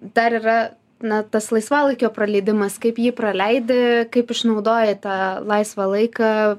dar yra na tas laisvalaikio praleidimas kaip jį praleidi kaip išnaudoji tą laisvą laiką